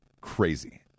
crazy